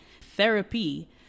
Therapy